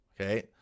Okay